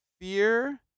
fear